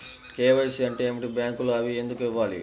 KYC అంటే ఏమిటి? బ్యాంకులో అవి ఎందుకు ఇవ్వాలి?